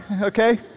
okay